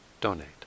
donate